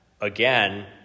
again